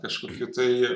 kažkokių tai